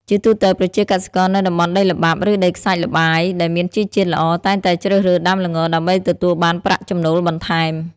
ជាទូទៅ ប្រជាកសិករនៅតំបន់ដីល្បាប់ ឬដីខ្សាច់ល្បាយដែលមានជីជាតិល្អ តែងតែជ្រើសរើសដាំល្ងដើម្បីទទួលបានប្រាក់ចំណូលបន្ថែម។